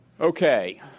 Okay